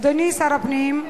אדוני שר הפנים,